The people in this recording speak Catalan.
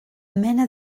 mena